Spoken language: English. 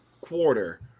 quarter